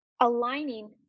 aligning